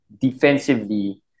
defensively